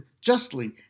justly